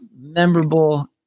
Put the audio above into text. memorable